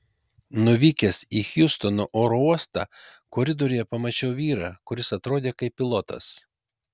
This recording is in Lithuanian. nuvykęs į hjustono oro uostą koridoriuje pamačiau vyrą kuris atrodė kaip pilotas